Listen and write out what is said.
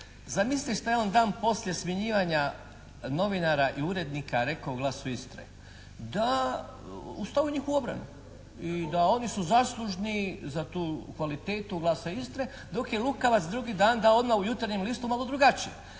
zamislite šta je on dan poslije smjenjivanja novinara i urednika rekao u Glasu Istre, da, stao je u njihovu obranu i da oni su zaslužni za tu kvalitetu Glasa Istre, dok je lukavac drugi dan dao odma u Jutarnjem listu malo drugačije,